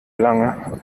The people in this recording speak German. lange